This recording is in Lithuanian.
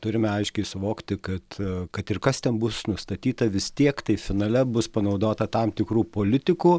turime aiškiai suvokti kad kad ir kas ten bus nustatyta vis tiek tai finale bus panaudota tam tikrų politikų